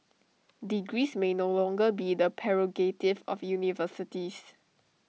degrees may no longer be the prerogative of universities